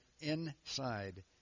inside